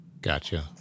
Gotcha